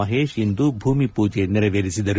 ಮಹೇಶ್ ಇಂದು ಭೂಮಿ ಪೂಜೆ ನೆರವೇರಿಸಿದರು